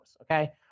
okay